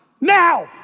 now